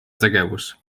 tegevus